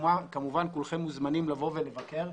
כמובן כולכם מוזמנים לבוא ולבקר,